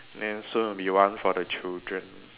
and soon it will be one for the children